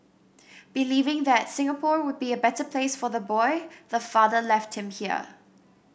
believing that Singapore would be a better place for the boy the father left him here